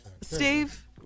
Steve